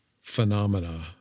phenomena